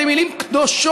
אלה מילים קדושות,